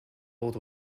old